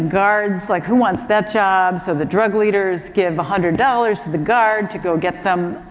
guards, like who wants that job. so, the drug leaders give a hundred dollars to the guard to go get them,